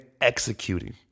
executing